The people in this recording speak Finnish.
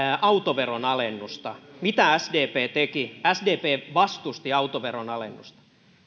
autoveron alennusta mitä sdp teki sdp vastusti autoveron alennusta